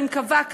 אני מקווה,